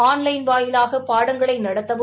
online வாயிலாக பாடங்களை நடத்தவும்